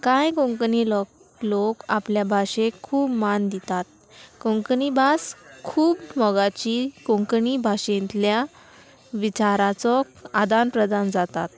कांय कोंकणी लोक लोक आपल्या भाशेक खूब मान दितात कोंकणी भास खूब मोगाची कोंकणी भाशेंतल्या विचाराचो आदान प्रदान जातात